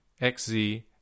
XZ